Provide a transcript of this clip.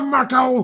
Marco